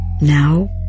Now